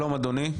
שלום אדוני.